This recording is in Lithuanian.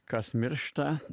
kas miršta